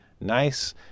nice